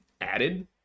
added